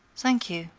thank you,